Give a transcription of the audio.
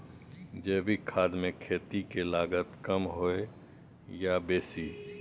जैविक खाद मे खेती के लागत कम होय ये आ बेसी?